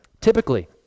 Typically